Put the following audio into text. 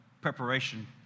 preparation